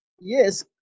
Yes